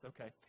Okay